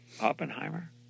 Oppenheimer